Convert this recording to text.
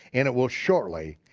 and it will shortly,